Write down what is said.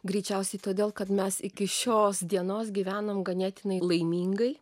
greičiausiai todėl kad mes iki šios dienos gyvenom ganėtinai laimingai